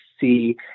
see